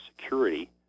security